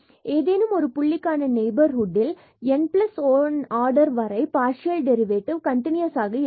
மற்றும் ஏதேனும் ஒரு புள்ளிக்கான நெய்பர்ஹுட்டில் n1 ஆர்டர் வரை பார்சியல் டெரிவேட்டிவ் கண்டினுயஸ் ஆக இருக்கவேண்டும்